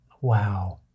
wow